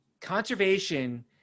Conservation